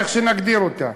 איך שנגדיר אותה,